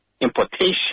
importation